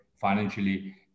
financially